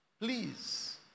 please